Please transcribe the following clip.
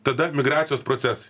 tada migracijos procesai